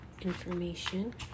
information